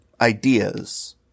ideas